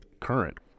current